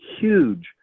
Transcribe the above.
huge